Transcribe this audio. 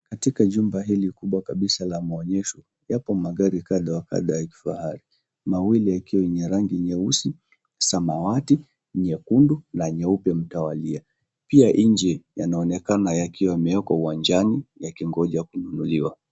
Katika jumba hili kubwa kabisa la maoonyesho yapo magari kadha wakadha ya kifahari, mawili yakiwa yenye rangi ya nyeusi, samawati, nyekundu na nyeupe mtawalia. Pia nje yanaonekana yakiwa yamewekwa uwanjani yakingoja kununuliwa.